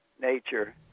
nature